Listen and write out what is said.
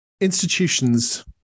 Institutions